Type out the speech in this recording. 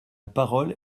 parole